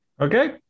Okay